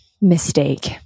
mistake